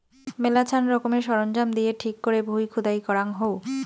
মেলাছান রকমের সরঞ্জাম দিয়ে ঠিক করে ভুঁই খুদাই করাঙ হউ